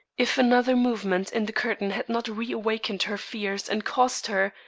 if another movement in the curtain had not reawakened her fears and caused her,